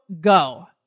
go